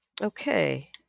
Okay